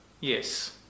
Yes